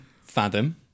Fathom